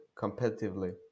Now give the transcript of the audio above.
competitively